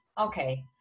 okay